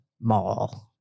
Mall